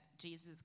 Jesus